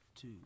two